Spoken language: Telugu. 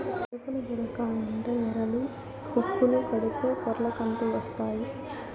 చేపలు దొరకాలంటే ఎరలు, హుక్కులు కడితే పొర్లకంటూ వస్తాయి